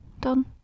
Done